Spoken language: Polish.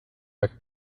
jak